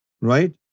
Right